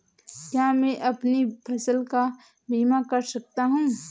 क्या मैं अपनी फसल का बीमा कर सकता हूँ?